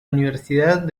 universidad